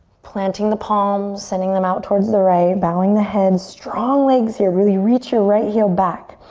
planting the palms, sending them out towards the right, bowing the head, strong legs here. really reach your right heel back.